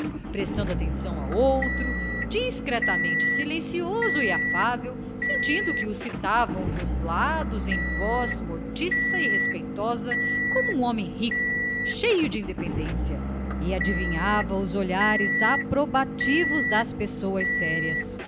prestando atenção a outro discretamente silencioso e afável sentindo que o citavam dos lados em voz mortiça e respeitosa como um homem rico cheio de independência e adivinhava os olhares aprobativos das pessoas sérias